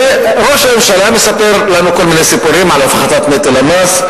ראש הממשלה מספר לנו כל מיני סיפורים על הפחתת נטל המס.